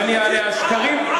השקרים,